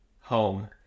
home